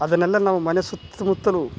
ಅದನ್ನೆಲ್ಲ ನಾವು ಮನೆ ಸುತ್ತ ಮುತ್ತಲು